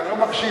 אתה לא מקשיב.